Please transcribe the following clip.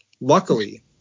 Luckily